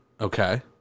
Okay